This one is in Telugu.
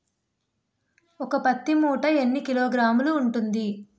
ఒక పత్తి మూట ఎన్ని కిలోగ్రాములు ఉంటుంది?